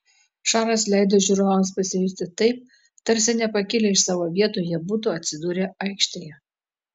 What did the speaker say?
šaras leido žiūrovams pasijusti taip tarsi nepakilę iš savo vietų jie būtų atsidūrę aikštėje